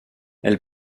elle